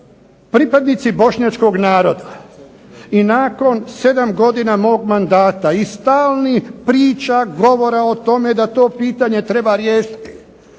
pripadnici bošnjačkog naroda i nakon 7 godina mog mandata i stalnih priča, govora o tome da to pitanje treba riješiti,